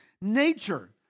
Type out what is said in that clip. nature